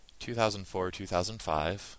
2004-2005